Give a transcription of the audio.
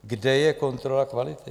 Kde je kontrola kvality?